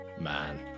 Man